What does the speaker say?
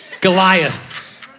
Goliath